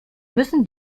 müssen